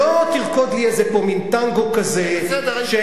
שלא רק תרקוד לי איזה מין טנגו כזה שהם